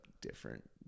different